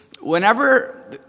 whenever